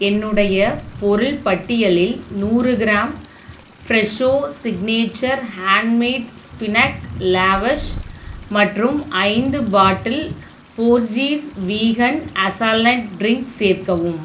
என்னுடைய பொருள் பட்டியலில் நூறு gram Fresho signature handmade spinach lavash மற்றும் ஐந்து bottle Borges vegan hazelnut drink சேர்க்கவும்